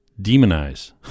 Demonize